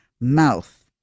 mouth